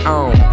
on